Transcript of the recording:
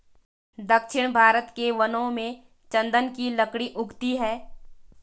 दक्षिण भारत के वनों में चन्दन की लकड़ी उगती है